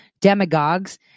demagogues